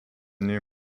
new